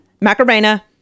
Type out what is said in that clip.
Macarena